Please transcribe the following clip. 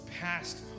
past